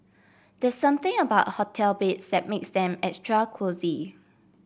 there something about hotel beds set makes them extra cosy